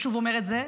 ושוב אומר את זה,